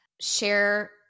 share